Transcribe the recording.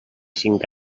cinc